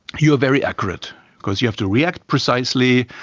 you are very accurate because you have to react precisely,